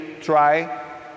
try